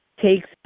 takes